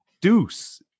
deuce